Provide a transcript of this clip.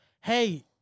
Hey